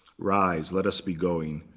rise, let us be going.